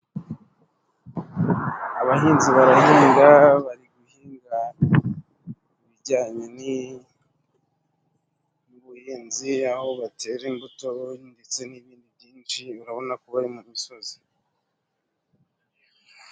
Abahinzi barahinga bari guhinga ibijyanye ni n'ubuhinzi ,aho batera imbuto ndetse n'ibindi byinshi, urabonako bari mu misozi.